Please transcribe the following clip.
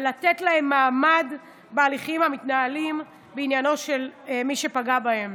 ולתת להם מעמד בהליכים המתנהלים בעניינו של מי שפגע בהם.